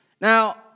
Now